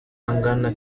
angana